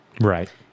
Right